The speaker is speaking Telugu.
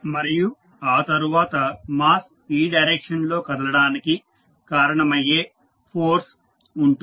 మరియు ఆ తరువాత మాస్ ఈ డైరెక్షన్ లో కదలడానికి కారణమయ్యే ఫోర్స్ ఉంటుంది